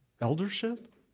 eldership